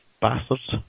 Bastards